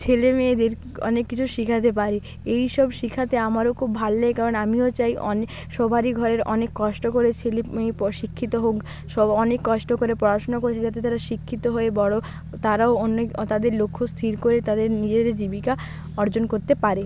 ছেলে মেয়েদের অনেক কিছু শেখাতে পারি এই সব শেখাতে আমারও খুব ভাল লাগে কারণ আমিও চাই অনেক সবারই ঘরের অনেক কষ্ট করে ছেলে মেয়ে পশিক্ষিত হোক সব অনেক কষ্ট করে পড়াশোনা করেছে যাতে তারা শিক্ষিত হয়ে বড়ো তারাও তাদের লক্ষ্য স্থির করে তাদের নিজেদের জীবিকা অর্জন করতে পারে